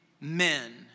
men